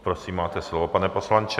Prosím, máte slovo, pane poslanče.